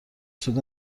سود